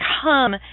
come